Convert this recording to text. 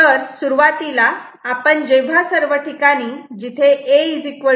तर सुरुवातीला आपण जेव्हा सर्व ठिकाणी जिथे A 0 आहे ते पाहू